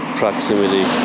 proximity